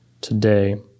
today